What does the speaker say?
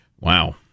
Wow